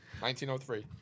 1903